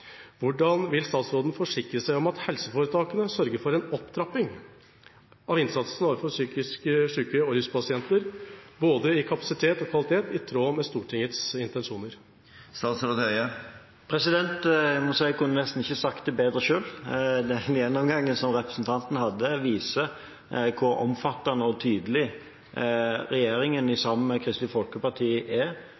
Hvordan vil statsråden forsikre seg om at helseforetakene sørger for en opptrapping av innsatsen overfor psykisk syke og ruspasienter, både i kapasitet og i kvalitet, i tråd med Stortingets intensjoner? Jeg må si at jeg kunne nesten ikke sagt det bedre selv. Den gjennomgangen som representanten hadde, viser hvor omfattende og tydelig regjeringen, i samarbeid med Kristelig Folkeparti og Venstre, er